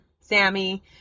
Sammy